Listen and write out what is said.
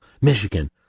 Michigan